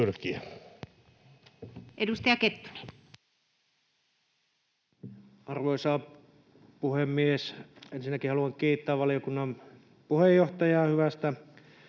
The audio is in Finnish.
19:14 Content: Arvoisa puhemies! Ensinnäkin haluan kiittää valiokunnan puheenjohtajaa hyvästä